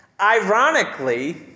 ironically